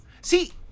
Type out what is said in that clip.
See